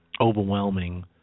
overwhelming